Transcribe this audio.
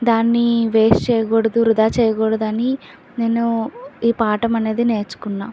దాన్ని వేస్ట్ చేయకూడదు వృధా చేయకూడదని నేను ఈ పాఠం అనేది నేర్చుకున్నా